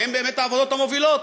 והן באמת העבודות המובילות.